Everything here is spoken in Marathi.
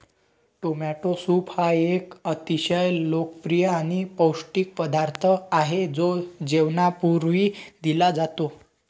टोमॅटो सूप हा एक अतिशय लोकप्रिय आणि पौष्टिक पदार्थ आहे जो जेवणापूर्वी दिला जातो